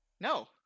No